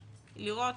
לראות,